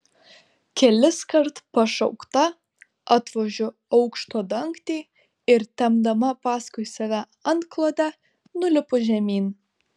keliskart pašaukta atvožiu aukšto dangtį ir tempdama paskui save antklodę nulipu žemyn